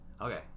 okay